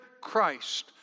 Christ